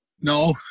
No